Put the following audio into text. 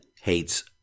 hates